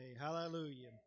Hallelujah